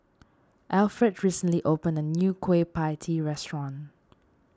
Alfred recently opened a new Kueh Pie Tee restaurant